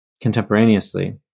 contemporaneously